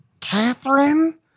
Catherine